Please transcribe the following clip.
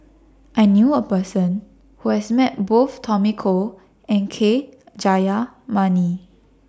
I knew A Person Who has Met Both Tommy Koh and K Jayamani